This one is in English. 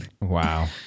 Wow